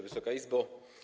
Wysoka Izbo!